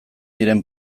diren